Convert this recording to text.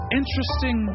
interesting